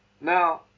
Now